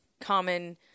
common